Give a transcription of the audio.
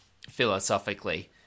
philosophically